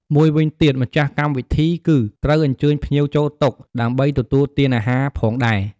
មួយវិញទៀតម្ចាស់កម្មវិធីគឺ ត្រូវអញ្ជើញភ្ញៀវចូលតុ ដើម្បីទទួលទានអាហារផងដែរ។